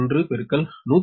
1 160